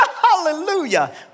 hallelujah